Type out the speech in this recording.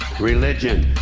religion.